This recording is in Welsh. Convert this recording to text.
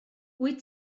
wyt